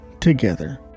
together